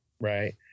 Right